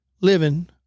living